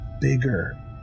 bigger